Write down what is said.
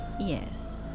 Yes